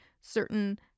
certain